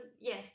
yes